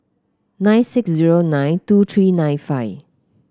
nine six zero nine two three nine five